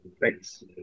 Thanks